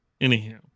anyhow